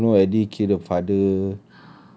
she still don't know eddie kill the father